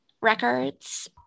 records